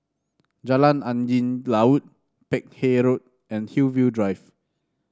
Jalan Angin Laut Peck Hay Road and Hillview Drive